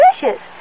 Delicious